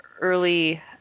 early